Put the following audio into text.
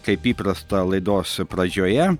kaip įprasta laidos pradžioje